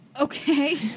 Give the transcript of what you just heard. Okay